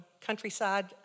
countryside